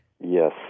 Yes